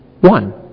One